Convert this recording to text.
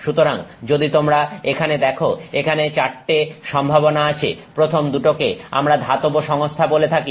সুতরাং যদি তোমরা এখানে দেখো এখানে চারটে সম্ভাবনা আছে প্রথম দুটোকে আমরা ধাতব সংস্থা বলে থাকি